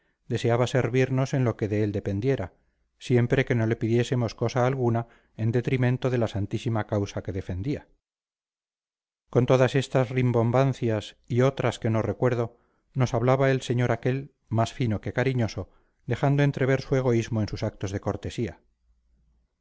deseaba servirnos en lo que de él dependiera siempre que no le pidiésemos cosa alguna en detrimento de la santísima causa que defendía con todas estas rimbombancias y otras que no recuerdo nos hablaba el señor aquel más fino que cariñoso dejando entrever su egoísmo en sus actos de cortesía